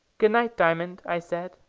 good-night, diamond, i said.